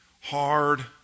hard